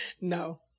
No